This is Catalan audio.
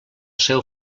seu